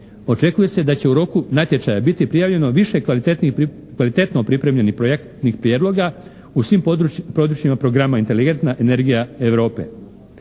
Očekuje se da će u roku natječaja biti prijavljeno više kvalitetno pripremljenih projektnih prijedlog u svim područjima programa inteligentna energija Europe.